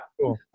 Cool